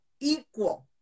equal